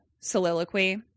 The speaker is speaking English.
soliloquy